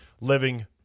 Living